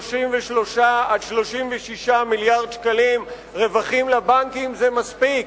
33 36 מיליארד שקלים רווחים לבנקים זה מספיק.